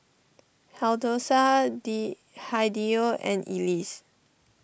D Hideo and Elease